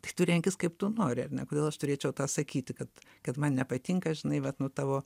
tai tu renkis kaip tu nori ar ne kodėl aš turėčiau tą sakyti kad kad man nepatinka žinai vat nu tavo